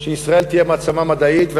שישראל תהיה מעצמה מדעית.